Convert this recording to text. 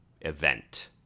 event